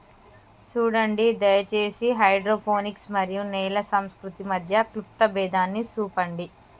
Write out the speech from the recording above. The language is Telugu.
సూడండి దయచేసి హైడ్రోపోనిక్స్ మరియు నేల సంస్కృతి మధ్య క్లుప్త భేదాన్ని సూపండి